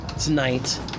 tonight